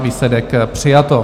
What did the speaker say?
Výsledek: přijato.